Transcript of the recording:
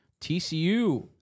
TCU